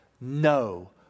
no